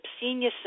senior